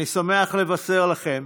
אני שמח לבשר לכם